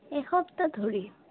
এসপ্তাহ ধৰি